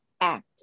act